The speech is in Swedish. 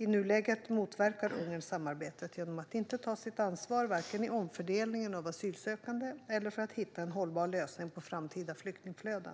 I nuläget motverkar Ungern samarbetet genom att inte ta sitt ansvar vare sig i omfördelningen av asylsökande eller för att hitta en hållbar lösning på framtida flyktingflöden.